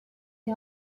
est